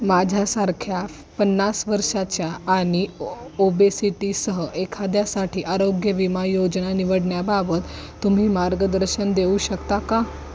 माझ्यासारख्या पन्नास वर्षाच्या आणि ओ ओबेसीटीसह एखाद्यासाठी आरोग्य विमा योजना निवडण्याबाबत तुम्ही मार्गदर्शन देऊ शकता का